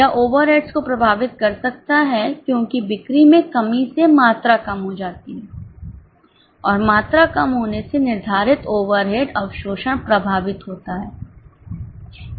यह ओवरहेड्स को प्रभावित कर सकता है क्योंकि बिक्री में कमी से मात्रा कम हो जाती है और मात्रा कम होने से निर्धारित ओवरहेड अवशोषण प्रभावित होता है